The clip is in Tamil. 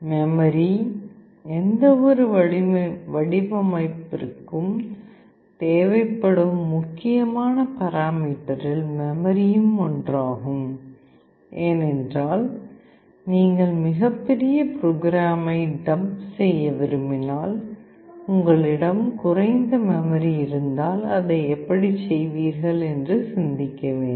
மெமரி எந்தவொரு வடிவமைப்பிற்கும் தேவைப்படும் முக்கியமான பாராமீட்டரில் மெமரியும் ஒன்றாகும் ஏனென்றால் நீங்கள் மிகப் பெரிய ப்ரோக்ராமைக் டம்ப் செய்ய விரும்பினால் உங்களிடம் குறைந்த மெமரி இருந்தால் அதை எப்படிச் செய்வீர்கள் என்று சிந்திக்க வேண்டும்